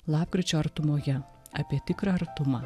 lapkričio artumoje apie tikrą artumą